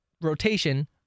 rotation